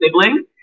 sibling